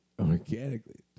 Organically